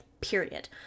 period